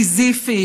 הסיזיפיים,